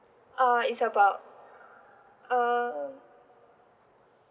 uh it's about uh